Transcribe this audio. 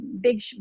Big